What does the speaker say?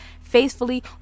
faithfully